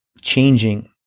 changing